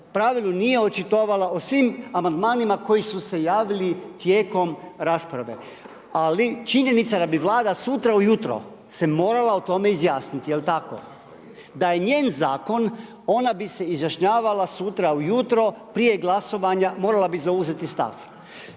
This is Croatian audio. pravilu nije očitovala o svim amandmanima koji su se javili tijekom rasprave. Ali, činjenica da bi Vlada sutra ujutro se morala o tome izjasniti, jel tako, da je njen zakon, ona bi se izjašnjavala sutra ujutro prije glasovanja, morala bi zauzeti stav.